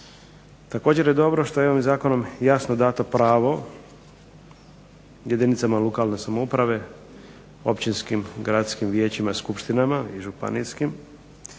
Također je dobro što je ovim zakonom jasno dato pravo jedinicama lokalne samouprave, općinskim, gradskim vijećima i skupštinama, i županijskim,